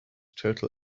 total